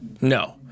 No